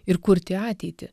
ir kurti ateitį